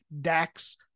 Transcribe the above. Dax